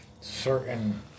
certain